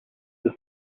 this